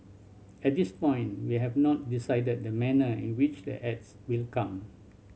at this point we have not decided the manner in which the ads will come